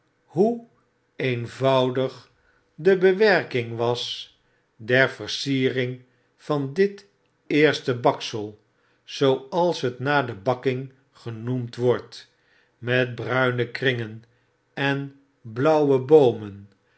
hoe eenvoudig de bewerking was der versiering van dit eerste baksel zooals het na de bakking genoemd wordt met bruine kringen en blauwe boomen